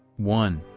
one.